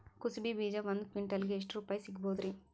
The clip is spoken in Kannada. ಕುಸಬಿ ಬೀಜ ಒಂದ್ ಕ್ವಿಂಟಾಲ್ ಗೆ ಎಷ್ಟುರುಪಾಯಿ ಸಿಗಬಹುದುರೀ?